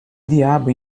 diabo